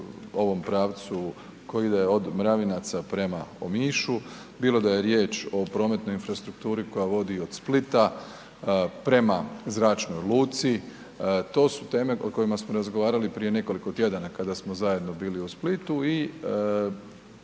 ovom pravcu koji ide od Mravinaca prema Omišu, bilo da je riječ o prometnoj infrastrukturi koja vodi od Splita prema zračnoj luci. To su teme o kojima smo razgovarali prije nekoliko tjedana kada smo zajedno bili u Splitu i